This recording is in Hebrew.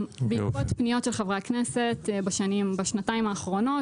בעקבות פניות של חברי הכנסת בשנתיים האחרונות,